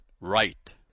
right